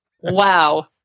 Wow